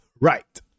right